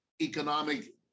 economic